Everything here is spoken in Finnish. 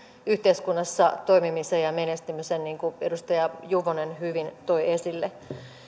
yhteiskunnassa toimimisen ja menestymisen niin kuin edustaja juvonen hyvin toi esille